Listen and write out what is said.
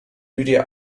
lydia